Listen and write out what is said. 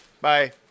Bye